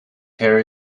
hair